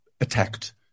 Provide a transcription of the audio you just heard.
attacked